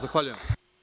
Zahvaljujem.